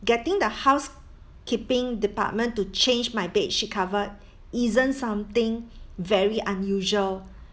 getting the housekeeping department to change my bedsheet cover isn't something very unusual